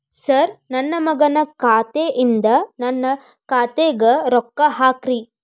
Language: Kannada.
ಸರ್ ನನ್ನ ಮಗನ ಖಾತೆ ಯಿಂದ ನನ್ನ ಖಾತೆಗ ರೊಕ್ಕಾ ಹಾಕ್ರಿ